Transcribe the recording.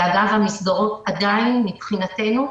אגב, המסגרות עדיין מבחינתנו,